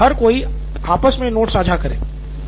सिद्धार्थ मटूरी हर कोई आपस मे नोट्स साझा करे